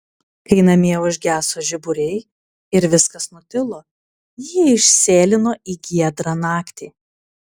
kai namie užgeso žiburiai ir viskas nutilo ji išsėlino į giedrą naktį